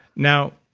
now,